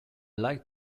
like